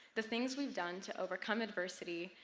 the things we've done to overcome adversity,